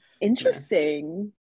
Interesting